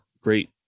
great